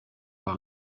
par